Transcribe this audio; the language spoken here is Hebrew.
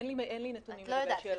אין לי נתונים לגבי השאלה הזאת.